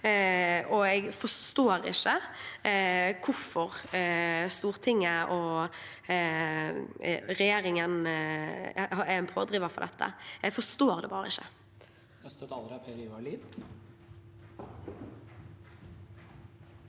og jeg forstår ikke hvorfor Stortinget og regjeringen er pådrivere for dette. Jeg forstår det bare ikke.